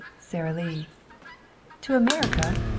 sara lee to america?